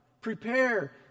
Prepare